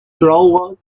throughout